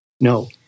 No